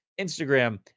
Instagram